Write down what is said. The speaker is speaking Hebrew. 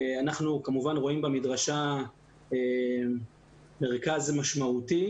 אנחנו כמובן רואים במדרשה מרכז משמעותי